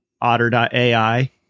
otter.ai